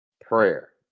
prayer